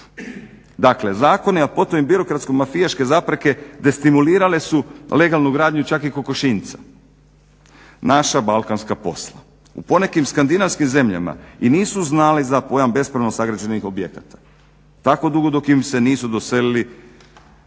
Dakle zakoni a potom i birokratsko mafijaške zapreke destimulirale su legalnu gradnju čak i kokošinjca, naša balkanska posla. U ponekim skandinavskim zemljama i nisu znali za pojam bespravno sagrađenih objekata tako dugo dok im se nisu doselili